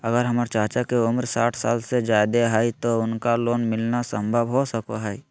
अगर हमर चाचा के उम्र साठ साल से जादे हइ तो उनका लोन मिलना संभव हो सको हइ?